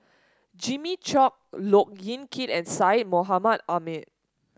Jimmy Chok Look Yan Kit and Syed Mohamed Ahmed